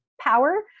power